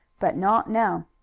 but not now.